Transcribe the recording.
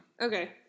okay